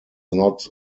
not